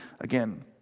again